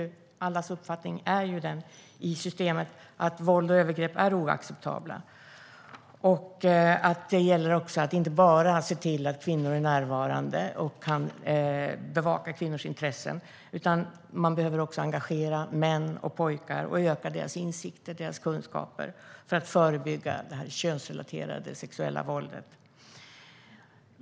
Allas uppfattning i systemet är att våld och övergrepp är oacceptabelt. Då gäller det att inte bara se till att kvinnor är närvarande och kan bevaka kvinnors intressen, utan det gäller att också engagera män och pojkar och öka deras insikt och kunskap för att kunna förebygga det könsrelaterade sexuella våldet.